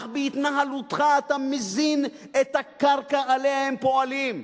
אך בהתנהלותך אתה מזין את הקרקע שעליה הם פועלים.